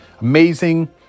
amazing